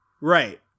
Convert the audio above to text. Right